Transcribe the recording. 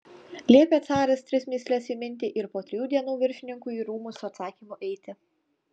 liepė caras tris mįsles įminti ir po trijų dienų viršininkui į rūmus su atsakymu eiti